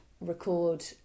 record